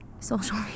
Social